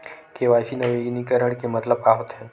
KYC नवीनीकरण के मतलब का होथे?